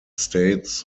states